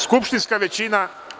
Skupštinska većina…